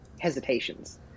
hesitations